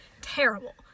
Terrible